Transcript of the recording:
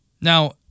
Now